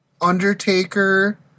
Undertaker